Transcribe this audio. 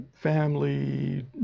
family